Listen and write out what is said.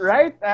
Right